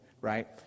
right